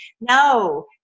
No